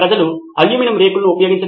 మనము బహుశా బహుమతి వ్యవస్థను అందించగలము